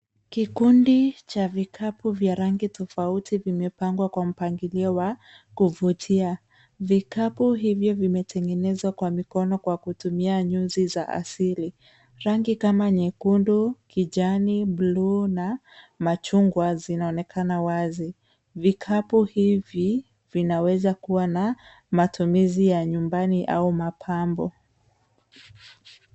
Kikundi cha vikapu vya rangi tofauti vimepangwa kwa mpangilio wa kuvutia. Vikapu hivyo vimetengenezwa kwa mikono kwa kutumia nyuzi za asili. Rangi kama nyekundu, kijani, buluu na machungwa zinaonekana wazi. Vikapu hivi vinaweza kuwa na matumizi ya nyumbani au mapambo.